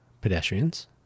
pedestrians